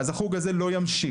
אז החוג הזה לא ימשיך,